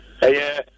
hey